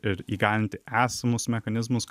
ir įgalinti esamus mechanizmus